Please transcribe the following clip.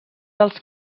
dels